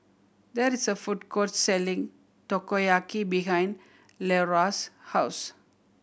there is a food court selling Takoyaki behind Leora's house